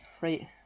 right